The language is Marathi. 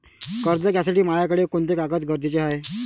कर्ज घ्यासाठी मायाकडं कोंते कागद गरजेचे हाय?